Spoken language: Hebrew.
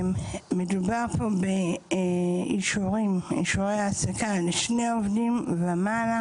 מדובר פה באישורי העסקה לשני עובדים ומעלה,